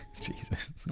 Jesus